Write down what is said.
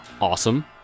awesome